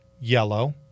yellow